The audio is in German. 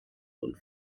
und